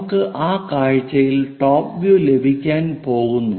നമുക്ക് ആ കാഴ്ച്ചയിൽ ടോപ് വ്യൂ ലഭിക്കാൻ പോകുന്നു